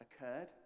occurred